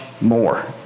more